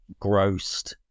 grossed